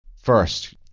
First